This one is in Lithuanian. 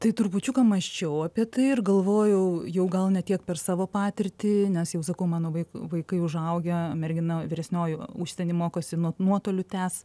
tai trupučiuką mąsčiau apie tai ir galvojau jau gal ne tiek per savo patirtį nes jau sakau mano vaik vaikai užaugę mergina vyresnioji užsieny mokosi nuo nuotoliu tęs